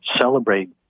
celebrate